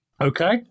Okay